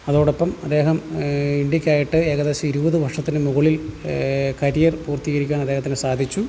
അതോടൊപ്പം അദ്ദേഹം ഇന്ത്യക്കായിട്ട് ഏകദേശം ഇരുപത് വർഷത്തിന് മുകളിൽ കരിയർ പൂർത്തീകരിക്കാൻ അദ്ദേഹത്തിന് സാധിച്ചു